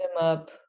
up